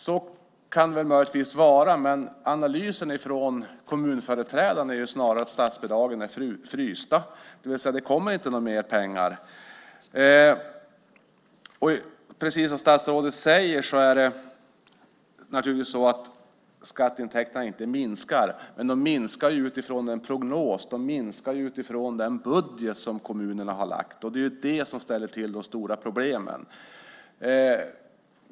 Så kan det möjligtvis vara, men analysen från kommunföreträdare är snarare att statsbidragen är frysta, det vill säga att det inte kommer några mer pengar. Precis som statsrådet säger minskar naturligtvis inte skatteintäkterna, men de minskar utifrån den prognos och den budget som kommunerna har lagt fram. Det är det som ställer till de stora problemen.